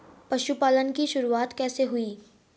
पशुपालन की शुरुआत कैसे हुई?